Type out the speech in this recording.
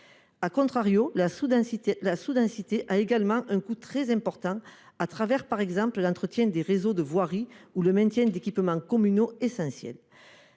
de centralité., la sous-densité a également un coût très important, du fait par exemple de l'entretien des réseaux de voirie ou du maintien d'équipements communaux essentiels.